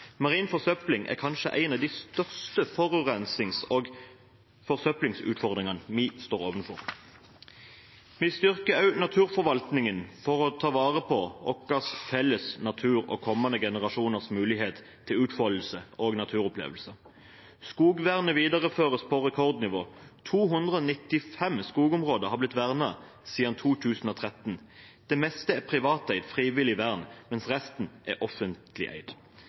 Marin forsøpling er kanskje en av de største forurensnings- og forsøplingsutfordringene vi står overfor. Vi styrker også naturforvaltningen for å ta våre på vår felles natur og kommende generasjoners mulighet til utfoldelse og naturopplevelser. Skogvernet videreføres på rekordnivå. 295 skogområder har blitt vernet siden 2013. Det meste er privateid, frivillig vern, mens resten er offentlig eid.